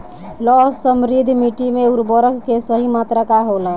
लौह समृद्ध मिट्टी में उर्वरक के सही मात्रा का होला?